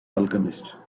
alchemist